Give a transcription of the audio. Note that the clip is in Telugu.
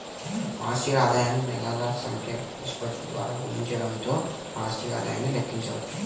వార్షిక ఆదాయాన్ని నెలల సంఖ్య నిష్పత్తి ద్వారా గుణించడంతో వార్షిక ఆదాయాన్ని లెక్కించవచ్చు